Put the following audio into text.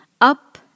Up